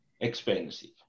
expensive